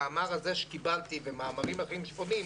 המאמר הזה שקיבלתי ופניות אחרות שקיבלתי,